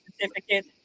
certificate